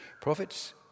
Prophets